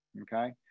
okay